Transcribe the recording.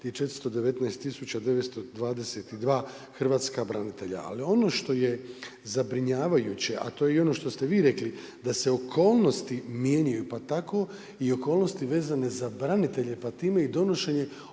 je 419 922 hrvatska branitelja. Ali ono što je zabrinjavajuće, a to je i ono što ste vi rekli, da se okolnosti mijenjaju pa tako i okolnosti vezane za branitelje, pa time i donošenje